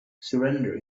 surrender